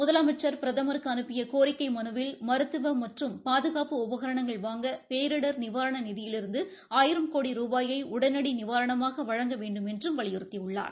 முதலமைச்சா் பிரதமருக்கு அனுப்பிய கோரிக்கை மனுவில் மருத்துவ மற்றும் பாதுகாப்பு உபகரணங்கள் வாங்க பேரிடர் நிவாரண நிதியிலிருந்து ஆயிரம் கோடி ருபாயை உடனடி நிவாரணமாக வழங்க வேண்டுமென்றும் வலியுறுத்தியுள்ளார்